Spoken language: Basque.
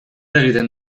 egiten